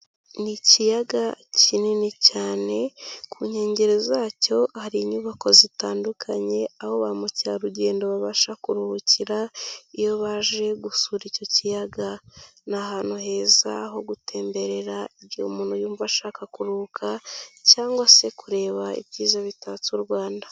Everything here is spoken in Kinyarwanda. Ni ikiyaga kinini cyane ku nkengero zacyo hari inyubako zitandukanye aho ba mukerarugendo babasha kuruhukira iyo baje gusura icyo kiyaga, ni ahantu heza ho gutemberera igihe umuntu yumva ashaka kuruhuka cyangwa se kureba ibyiza bitatse u Rwanda.